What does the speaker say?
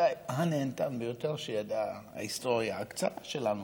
ואולי הנהנתן ביותר, שידעה ההיסטוריה הקצרה שלנו,